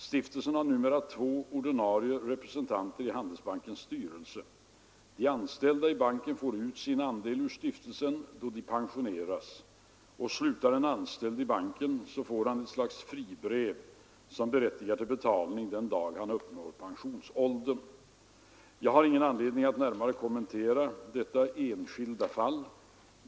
Stiftelsen har numera två ordinarie representanter i Handelsbankens styrelse. De anställda i banken får ut sin andel ur stiftelsen då de pensioneras. Slutar en anställd i banken får han ett slags fribrev som berättigar till betalning den dag han uppnår pensionsåldern. Jag har inte anledning att närmare kommentera detta enskilda fall.